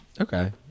Okay